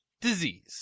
disease